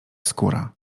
skóra